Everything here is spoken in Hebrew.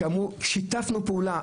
הם אמרו: שיתפנו פעולה,